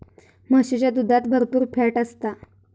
म्हशीच्या दुधात भरपुर फॅट असता